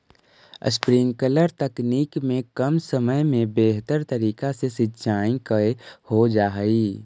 sprinkler तकनीक में कम समय में बेहतर तरीका से सींचाई हो जा हइ